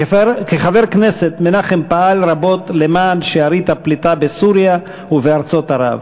כחבר כנסת מנחם פעל רבות למען שארית הפליטה בסוריה ובארצות ערב.